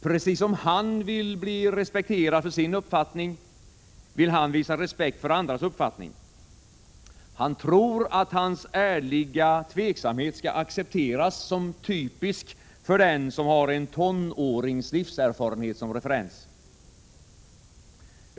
Precis som han vill bli respekterad för sin uppfattning, vill han visa respekt för andras uppfattning. Han tror, att hans ärliga tveksamhet skall accepteras som typisk för den som har en tonårings livserfarenhet som referens.